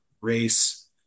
race